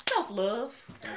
Self-love